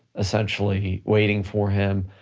essentially waiting for him.